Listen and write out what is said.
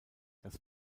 das